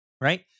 right